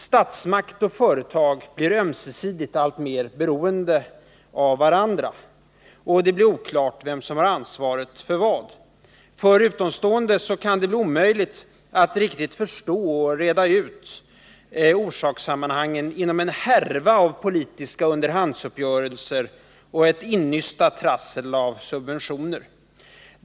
Statsmakt och företag blir ömsesidigt alltmer beroende av varandra, och det blir oklart vem som har ansvaret för vad. För utomstående kan det bli omöjligt att riktigt förstå och reda ut orsakssammanhangen inom en härva av politiska underhandsuppgörelser och ett innystat trassel av subventioner.